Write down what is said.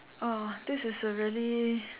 oh this is a really